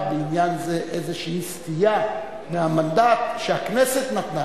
בעניין זה איזו סטייה מהמנדט שהכנסת נתנה?